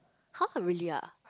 !huh! really ah